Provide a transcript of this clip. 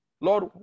Lord